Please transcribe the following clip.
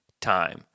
time